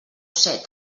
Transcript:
set